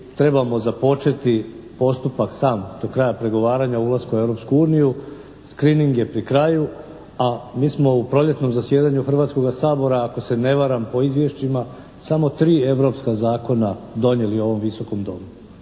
trebamo započeti postupak sam do kraja pregovaranja o ulasku u Europsku uniju. Screening je pri kraju, a mi smo u proljetnom zasjedanju Hrvatskoga sabora ako se ne varam po izvješćima, samo tri europska zakona donijeli u ovom Visokom domu.